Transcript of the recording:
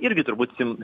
irgi turbūt sim